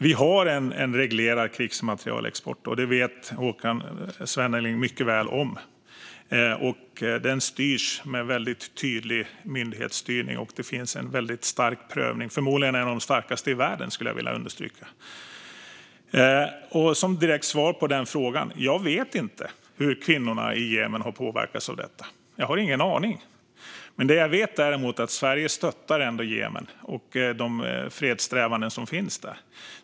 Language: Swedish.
Vi har en reglerad krigsmaterielexport, och det vet Håkan Svenneling mycket väl om. Den styrs med tydlig myndighetsstyrning, och det finns en väldigt stark prövning - förmodligen en av de starkaste i världen, skulle jag vilja understryka. Som direkt svar på frågan kan jag säga: Jag vet inte hur kvinnorna i Jemen har påverkats av detta. Jag har ingen aning. Det jag däremot vet är att Sverige stöttar Jemen och de fredssträvanden som finns där.